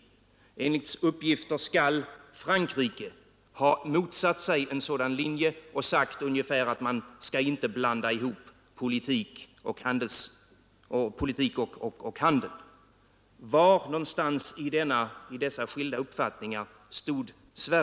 Enligt uppgifter skall Frankrike ha motsatt sig en sådan linje och sagt ungefär att man skall inte blanda ihop politik och handel. Var någonstans stod Sverige när det gällde dessa skilda uppfattningar?